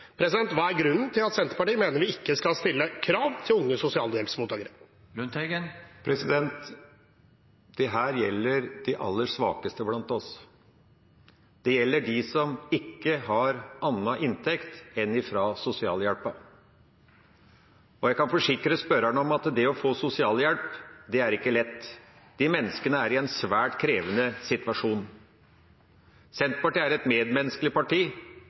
Hva er grunnen til at Senterpartiet mener vi ikke skal stille krav til unge sosialhjelpsmottakere? Dette gjelder de aller svakeste blant oss. Det gjelder dem som ikke har annen inntekt enn fra sosialhjelpa. Jeg kan forsikre spørreren om at det å få sosialhjelp er ikke lett. De menneskene er i en svært krevende situasjon. Senterpartiet er et medmenneskelig parti.